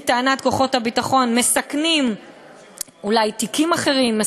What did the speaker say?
טענת כוחות הביטחון מסכן תיקים אחרים,